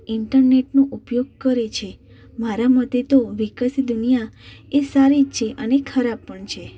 ઇન્ટરનેટનો ઉપયોગ કરે છે મારા મતે તો વિકસિત દુનિયા એ સારી છે અને ખરાબ પણ છે